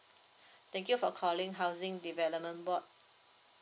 thank you for calling housing development board